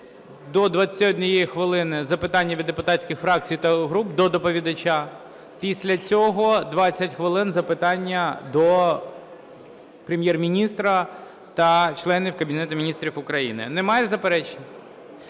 до 21 хвилини – запитання від депутатських фракцій та груп до доповідача; після цього 20 хвилин – запитання до Прем'єр-міністра та членів Кабінету Міністрів України. Немає заперечень?